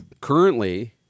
currently